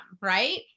right